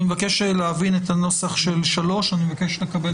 אני מבקש להבין את הנוסח של סעיף 3 ואני מבקש לקבל